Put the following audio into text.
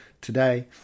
today